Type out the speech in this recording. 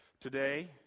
today